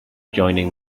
joining